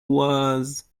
was